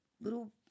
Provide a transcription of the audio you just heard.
little